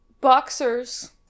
Boxers